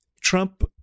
Trump